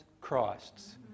Christs